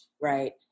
right